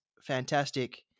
fantastic